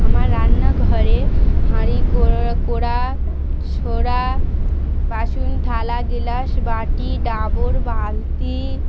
আমার রান্নাঘরে হাঁড়ি কড়াই সরা বাসন থালা গেলাস বাটি ডাবর বালতি